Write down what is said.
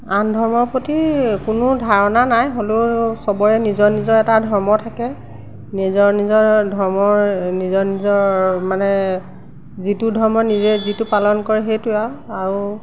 আন ধৰ্মৰ প্ৰতি কোনো ধাৰণা নাই হ'লেও চবৰে নিজৰ নিজৰ এটা ধৰ্ম থাকে নিজৰ নিজৰ ধৰ্মৰ নিজৰ নিজৰ মানে যিটো ধৰ্ম নিজে যিটো পালন কৰে সেইটোৱে আৰু